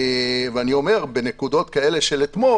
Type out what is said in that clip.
אני אומר שבנקודות כאלה של אתמול,